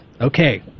Okay